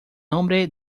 nombre